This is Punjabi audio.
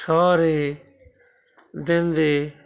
ਸਾਰੇ ਦਿਨ ਦੇ